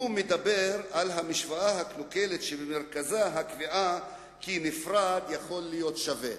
הוא מדבר על המשוואה הקלוקלת שבמרכזה הקביעה כי נפרד יכול להיות שווה.